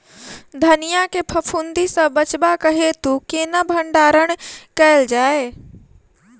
धनिया केँ फफूंदी सऽ बचेबाक हेतु केना भण्डारण कैल जाए?